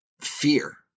fear